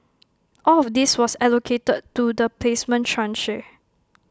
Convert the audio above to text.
all of this was allocated to the placement tranche